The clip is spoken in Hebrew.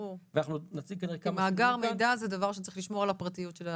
כי מאגר מידע זה דבר שצריך לשמור על הפרטיות של האנשים.